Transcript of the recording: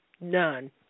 none